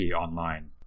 online